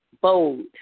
bold